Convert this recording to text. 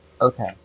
Okay